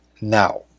now